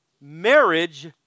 Marriage